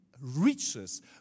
riches